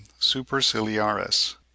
superciliaris